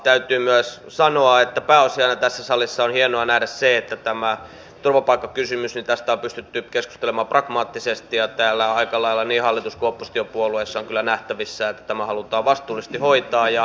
täytyy myös sanoa että pääosin tässä salissa on hienoa nähdä se että tästä turvapaikkakysymyksestä on pystytty keskustelemaan pragmaattisesti ja täällä on aika lailla niin hallitus kuin oppositiopuolueissa kyllä nähtävissä että tämä halutaan vastuullisesti hoitaa ja hyvä niin